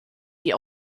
die